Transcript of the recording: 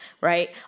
right